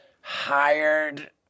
hired –